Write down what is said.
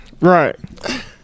right